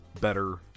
better